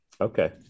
okay